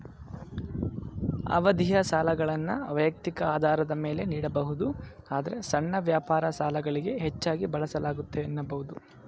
ಅವಧಿಯ ಸಾಲಗಳನ್ನ ವೈಯಕ್ತಿಕ ಆಧಾರದ ಮೇಲೆ ನೀಡಬಹುದು ಆದ್ರೆ ಸಣ್ಣ ವ್ಯಾಪಾರ ಸಾಲಗಳಿಗೆ ಹೆಚ್ಚಾಗಿ ಬಳಸಲಾಗುತ್ತೆ ಎನ್ನಬಹುದು